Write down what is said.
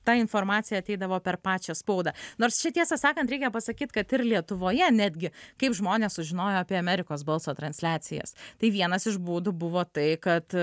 ta informacija ateidavo per pačią spaudą nors čia tiesą sakant reikia pasakyt kad ir lietuvoje netgi kaip žmonės sužinojo apie amerikos balso transliacijas tai vienas iš būdų buvo tai kad